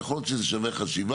יכול להיות שזה שווה חשיבה.